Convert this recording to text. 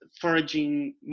foraging